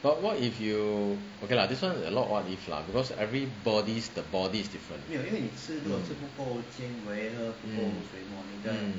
but what if you okay lah this [one] is a lot of what if lah because everybody's the body is different mm mm mm